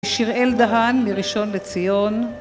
שיראל דהן, מראשון לציון